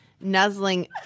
nuzzling